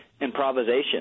improvisation